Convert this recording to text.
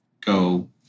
go